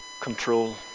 control